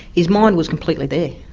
his mind was completely there,